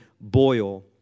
boil